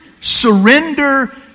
surrender